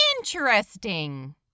Interesting